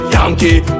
Yankee